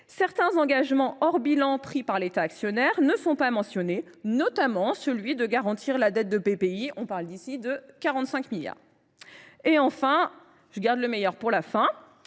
Certains engagements hors bilan pris par l’État actionnaire ne sont pas mentionnés, notamment celui de garantir la dette de Bpifrance : on parle ici de 45 milliards ! Enfin – je garde le meilleur pour la fin